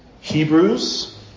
Hebrews